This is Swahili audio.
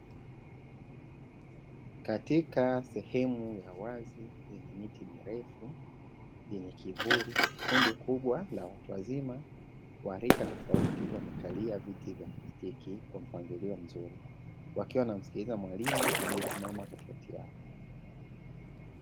Katika sehemu ya wazi yenye miti mirefu yenye kivuli Kuna kundi kubwa la watu wazima wa rika tofauti wamekalia viti vya plastiki kwa mpangilio mzuri, wakiwa wanamsikiliza mwalimu aliyesimama katikati yao.